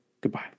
goodbye